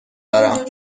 دارم